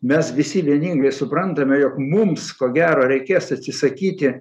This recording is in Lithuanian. mes visi vieningai suprantame jog mums ko gero reikės atsisakyti